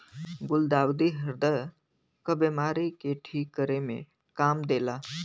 गुलदाउदी ह्रदय क बिमारी के ठीक करे में काम देला